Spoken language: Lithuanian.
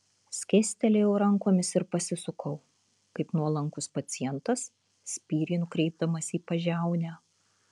skėstelėjau rankomis ir pasisukau kaip nuolankus pacientas spyrį nukreipdamas į pažiaunę